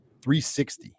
360